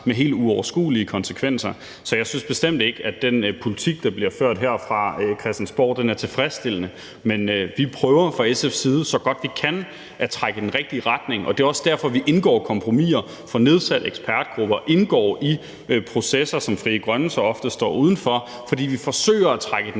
med helt uoverskuelige konsekvenser. Så jeg synes bestemt ikke, at den politik, der bliver ført her fra Christiansborgs side, er tilfredsstillende, men vi prøver fra SF's side så godt, vi kan, at trække i den rigtige retning, og det er også derfor, vi indgår kompromiser, får nedsat ekspertgrupper, indgår i processer – som Frie Grønne så ofte står uden for – fordi vi forsøger at trække i den